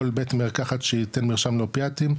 כל בית מרקחת שייתן מרשם לאופיאטים,